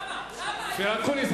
למה, ה"נכבה"?